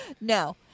No